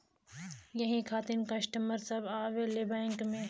यही खातिन कस्टमर सब आवा ले बैंक मे?